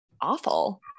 awful